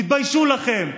תתביישו לכם.